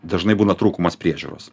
dažnai būna trūkumas priežiūros